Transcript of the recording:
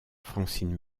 francine